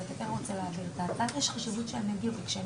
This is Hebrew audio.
אבל פשיטא שהנאמן שם כי הוא